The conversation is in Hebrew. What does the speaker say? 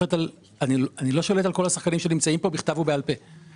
אני לא שולט על כל השחקנים שנמצאים פה בכתב ובעל פה.